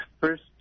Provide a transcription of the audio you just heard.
First